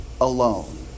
alone